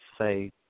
say